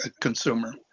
consumer